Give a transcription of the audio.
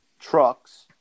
Trucks